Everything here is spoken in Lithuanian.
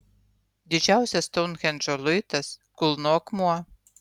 didžiausias stounhendžo luitas kulno akmuo